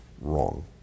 Wrong